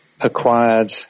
acquired